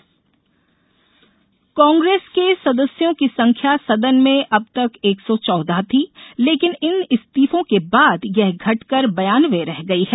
सिंधिया इस्तीफा कांग्रेस के सदस्यों की संख्या सदन में अब तक एक सौ चौदह थी लेकिन इन इस्तीफों के बाद यह घटकर बयानवे रह गई है